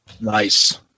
Nice